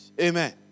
Amen